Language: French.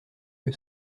que